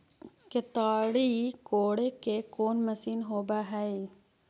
केताड़ी कोड़े के कोन मशीन होब हइ?